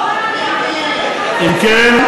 ההצעה שלך,